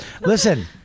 Listen